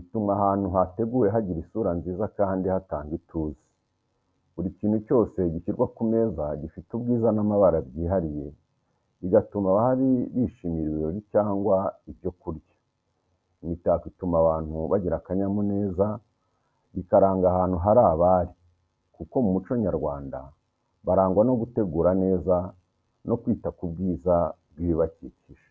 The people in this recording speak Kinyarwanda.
ituma ahantu yateguwe hagira isura nziza kandi hatanga ituze. Buri kintu cyose gishyirwa ku meza gifite ubwiza n’amabara byihariye, bigatuma abahari bishimira ibirori cyangwa ibyo kurya. Imitako ituma abantu bagira akanyamuneza, bikaranga ahantu hari abari, kuko mu muco nyarwanda barangwa no gutegura neza no kwita ku bwiza bw’ibibakikije.